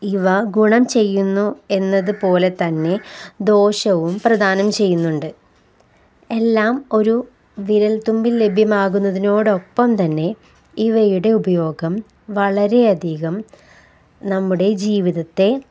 ഇവ ഗുണം ചെയ്യുന്നു എന്നതുപലെ തന്നെ ദോഷവും പ്രദാനം ചെയ്യുന്നുണ്ട് എല്ലാം ഒരു വിരൽത്തുമ്പിൽ ലഭ്യമാകുന്നതിനോടൊപ്പം തന്നെ ഇവയുടെ ഉപയോഗം വളരെയധികം നമ്മുടെ ജീവിതത്തെ